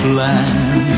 land